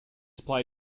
apply